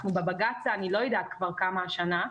אנחנו בבג"ץ אני לא יודעת כבר כמה השנה,